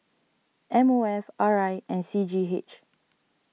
M O F R I and C G H